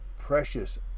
precious